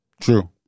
True